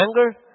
anger